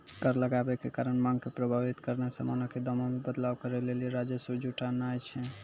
कर लगाबै के कारण मांग के प्रभावित करनाय समानो के दामो मे बदलाव करै लेली राजस्व जुटानाय छै